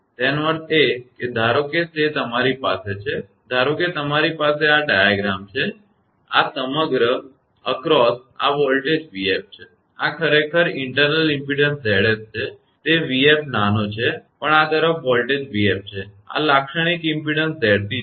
તેનો અર્થ એ કે ધારો કે તે તમારી પાસે છે ધારો કે તમારી પાસે આ રેખાકૃતિડાયાગ્રામ છે આના સમ્રગઅક્રોસ આ વોલ્ટેજ 𝑣𝑓 છે આ ખરેખર આંતરિક ઇમપેડન્સ 𝑍𝑠 છે અને તે 𝑣𝑓 નાનો આપેલ છે પણ આ તરફ વોલ્ટેજ 𝑣𝑓 છે અને આ લાક્ષણિક ઇમપેડન્સ 𝑍𝑐 છે બરાબર